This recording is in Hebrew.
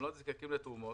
הם לא נזקקים לתרומות,